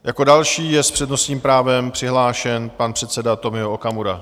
Jako další je s přednostním právem přihlášen pan předseda Tomio Okamura.